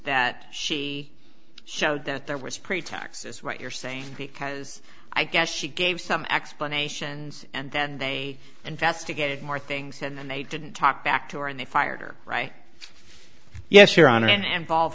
that she showed that there was pretax is what you're saying because i guess she gave some explanations and then they investigated more things and then they didn't talk back to her and they fired her right yes your honor an